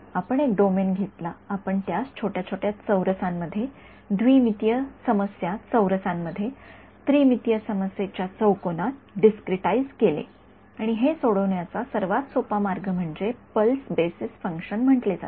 आपण एक डोमेन घेतला आणि आपण त्यास थोड्या छोट्या चौरसांमध्ये द्विमितीय समस्या चौरसांमध्ये त्रिमितीय समस्येच्या चौकोनात डिस्क्रिटाईज केले आणि हे सोडवण्याचा सर्वात सोपा मार्ग म्हणजे पल्स बेसिस फंक्शन म्हटले जाते